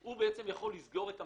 - הוא זה שיסגור את המאזן.